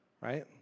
right